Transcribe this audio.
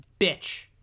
bitch